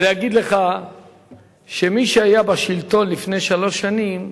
ולהגיד לך שמי שהיה בשלטון לפני שלוש שנים,